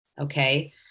Okay